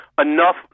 enough